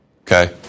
Okay